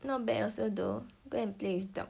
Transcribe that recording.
not bad also though go and play with dog